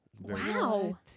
Wow